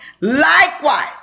Likewise